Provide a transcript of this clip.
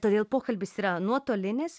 todėl pokalbis yra nuotolinis